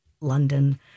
London